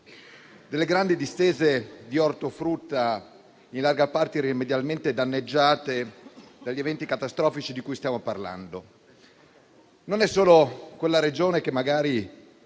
delle grandi distese di ortofrutta in larga parte irrimediabilmente danneggiate dagli eventi catastrofici di cui stiamo parlando. Non è solo la Regione che, sia